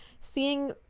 Seeing